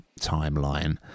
timeline